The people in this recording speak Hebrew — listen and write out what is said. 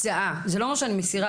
זה לא אומר שאני מסירה,